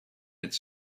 its